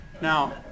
Now